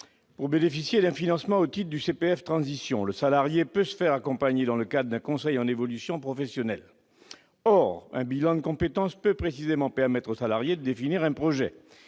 Pour bénéficier d'un financement au titre du CPF de transition, le salarié peut se faire accompagner dans le cadre d'un conseil en évolution professionnelle. Or un bilan de compétences sert précisément aux salariés à définir leur projet.